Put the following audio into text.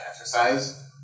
exercise